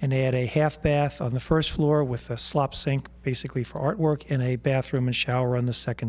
and had a half bath on the first floor with a slop sink basically for artwork in a bathroom a shower on the second